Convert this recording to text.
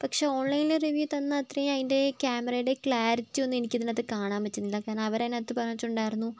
പക്ഷേ ഓൺലൈനിൽ റീവ്യൂ തന്ന അത്രേം അതിൻ്റെ ക്യാമറേഡെ ക്ലാരിറ്റി ഒന്നും എനിക്കിതിനകത്ത് കാണാൻ പറ്റുന്നില്ല കാരണം അവരതിനകത്ത് പറഞ്ഞിട്ടുണ്ടായിരുന്നു